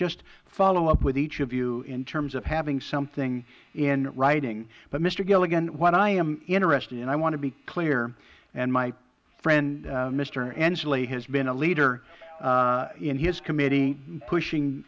just follow up with each of you in terms of having something in writing but mister gilligan what i am interested in i want to be clear and my friend mister inslee has been a leader in his committee pushing